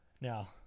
Now